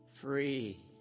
Free